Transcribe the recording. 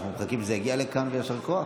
אנחנו מחכים שזה יגיע לכאן, ויישר כוח.